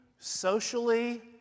socially